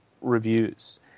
reviews